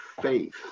faith